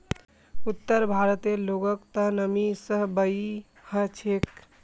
उत्तर भारतेर लोगक त नमी सहबइ ह छेक